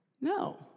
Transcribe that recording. No